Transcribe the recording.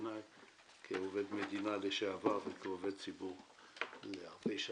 כעובד מדינה לשעבר וכעובד ציבור הרבה שנים.